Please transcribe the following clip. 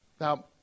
Now